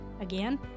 Again